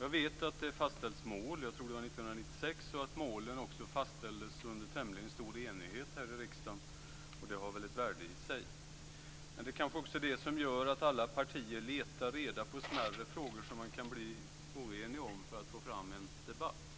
Jag vet att det fastställts mål - jag tror att det var 1996 - och att målen också fastställdes under tämligen stor enighet här i riksdagen. Det har ett värde i sig. Det är kanske det som gör att alla partier letar reda på smärre frågor som man kan bli lite oenig om för att få fram en debatt.